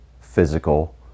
physical